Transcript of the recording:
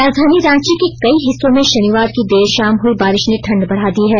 राजधानी रांची के कई हिस्सों में शनिवार की देर शाम हुई बारिश ने ठंड बढ़ा दी है